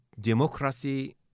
democracy